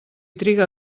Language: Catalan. triga